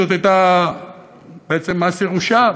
זה היה בעצם מס ירושה.